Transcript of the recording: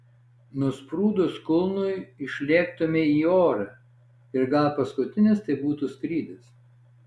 nusprūdus kulnui išlėktumei į orą ir gal paskutinis tai būtų skrydis